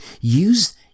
use